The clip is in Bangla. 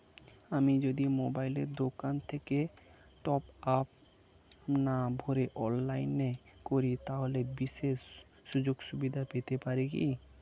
আমি যদি মোবাইলের দোকান থেকে টপআপ না ভরে অনলাইনে করি তাহলে বিশেষ সুযোগসুবিধা পেতে পারি কি?